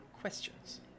questions